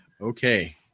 Okay